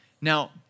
Now